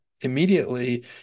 immediately